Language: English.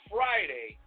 Friday